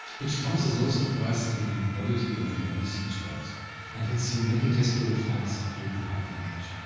which comes at no surprise giving the quality of the early sea charts and had seen many desperate fights during the viking age.